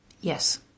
Yes